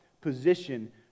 position